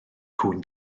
cŵn